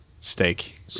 Steak